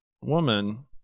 woman